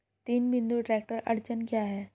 तीन बिंदु ट्रैक्टर अड़चन क्या है?